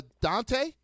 Dante